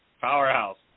Powerhouse